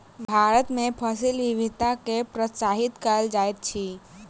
भारत में फसिल विविधता के प्रोत्साहित कयल जाइत अछि